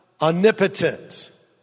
omnipotent